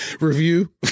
review